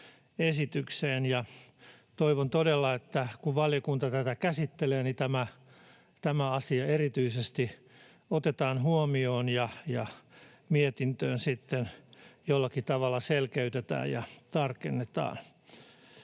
toivon todella, että kun valiokunta tätä käsittelee, niin tämä asia erityisesti otetaan huomioon ja mietintöön sitä sitten jollakin tavalla selkeytetään ja tarkennetaan.